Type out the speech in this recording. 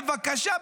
בבקשה,